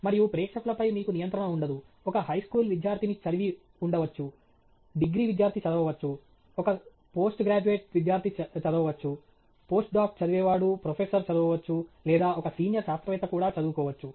మరియు ప్రేక్షకులపై మీకు నియంత్రణ ఉండదు ఒక హైస్కూల్ విద్యార్థిని చదివి ఉండవచ్చు డిగ్రీ విద్యార్థి చదవవచ్చు ఒక పోస్ట్ గ్రాడ్యుయేట్ విద్యార్థి చదువువవచ్చు పోస్ట్ డాక్ చదివేవాడు ప్రొఫెసర్ చదవవచ్చు లేదా ఒక సీనియర్ శాస్త్రవేత్త కూడా చదువుకోవచ్చు